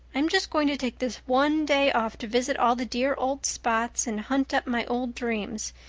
i'm just going to take this one day off to visit all the dear old spots and hunt up my old dreams,